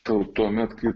gal tuomet kai